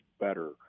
better